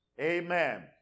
Amen